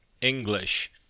English